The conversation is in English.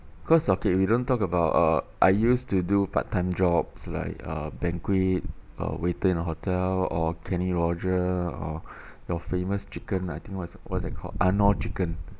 cause okay we don't talk about uh I used to do part time jobs like uh banquet uh waiter in a hotel or kenny roger or your famous chicken I think what's what's that called arnold chicken